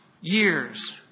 years